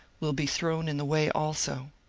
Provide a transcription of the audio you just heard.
will be thrown in the way also.